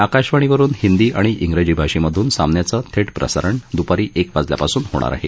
आकाशवाणीवरुन हिंदी आणि इंग्रजी भाषेमधून सामन्याचं थेट प्रसारण दुपारी एक वाजल्यापासून होणार आहे